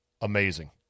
Amazing